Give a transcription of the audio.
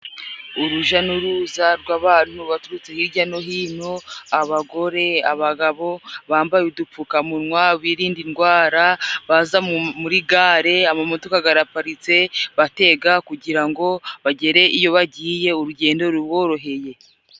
Uruja n'uruza rw'abantu baturutse hirya no hino， abagore， abagabo bambaye udupfukamunwa， birinda indwara， baza muri gare amamodoka garaparitse， batega kugira ngo bagere iyo bagiye urugendo ruboroheye.